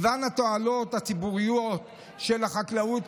התועלת הציבורית המגוונת של החקלאות,